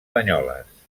banyoles